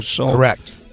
Correct